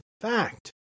fact